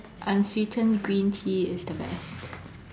unsweetened green tea is the best